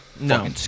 No